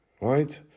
right